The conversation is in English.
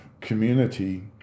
community